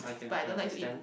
but I don't like to eat